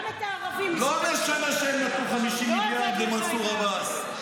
גם את הערבים --- לא משנה שהם נתנו 50 מיליארד למנסור עבאס.